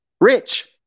Rich